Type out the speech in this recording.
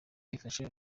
bifasha